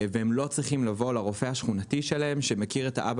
כך הם לא צריכים לבוא לרופא השכונתי שלהם שמכיר את האבא